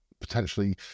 potentially